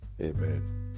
amen